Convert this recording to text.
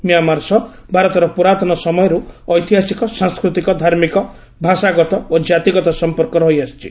Myanmar ସହ ଭାରତର ପୁରାତନ ସମୟରୁ ଐତିହାସିକ ସାଂସ୍କୃତିକ ଧାର୍ମିକ ଭାଷାଗତ ଓ କାତିଗତ ସମ୍ପର୍କ ରହିଆସିଛି